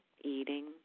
eating